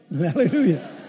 Hallelujah